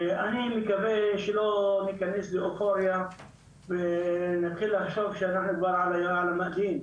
אני מקווה שלא ניכנס לאופוריה ונתחיל לחשוב שאנחנו כבר נחים.